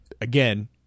again